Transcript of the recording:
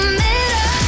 middle